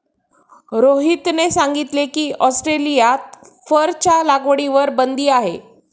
रोहितने सांगितले की, ऑस्ट्रेलियात फरच्या लागवडीवर बंदी आहे